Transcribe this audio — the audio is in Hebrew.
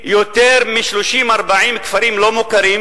ביותר מ-30, 40 כפרים לא מוכרים,